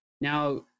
now